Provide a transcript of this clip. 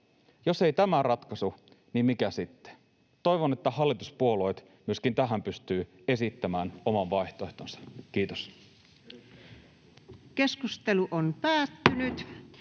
Jos ei tämä ratkaisu, niin mikä sitten? Toivon, että hallituspuolueet myöskin tähän pystyvät esittämään oman vaihtoehtonsa. — Kiitos. Lähetekeskustelua varten